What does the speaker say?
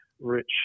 Rich